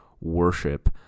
worship